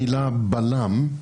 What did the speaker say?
המילה בלם,